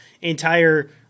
entire